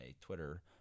Twitter